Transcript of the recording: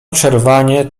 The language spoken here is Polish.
przerwanie